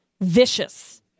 Vicious